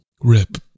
Rip